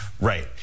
Right